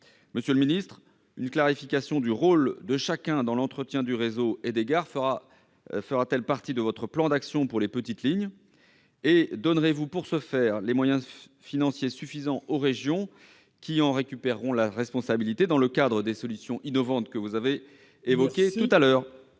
Monsieur le secrétaire d'État, une clarification du rôle de chacun dans l'entretien du réseau et des gares fera-t-elle partie de votre plan d'action pour les petites lignes ? Donneriez-vous des moyens financiers suffisants aux régions, qui en récupéreraient la responsabilité, dans le cadre des solutions innovantes que vous avez évoquées tout à l'heure ?